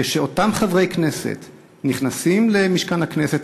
כשאותם חברי כנסת נכנסים למשכן הכנסת,